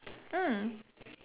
mm